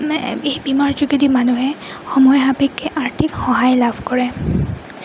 এই বীমাৰ যোগেদি মানুহে সময় সাপেক্ষে আৰ্থিক সহায় লাভ কৰে